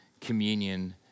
communion